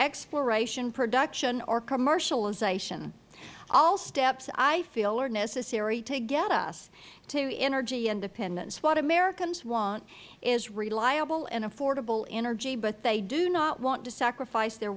exploration production or commercialism all steps i feel are necessary to get us to energy independence what americans want is reliable and affordable energy but they do not want to sacrifice their